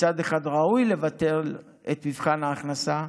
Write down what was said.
מצד אחד ראוי לבטל את מבחן ההכנסה,